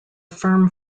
firm